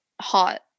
hot